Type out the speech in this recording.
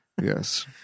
Yes